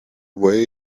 way